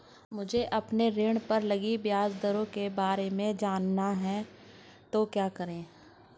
मुझे अपने ऋण पर लगी ब्याज दरों के बारे में जानना है तो क्या करें?